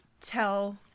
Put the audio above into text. tell